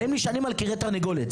והם נשענים על כרעי תרנגולת.